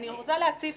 אני רוצה להציף